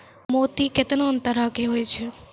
मोती केतना नै तरहो के होय छै